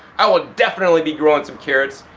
i will definitely be growing some carrots,